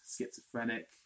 schizophrenic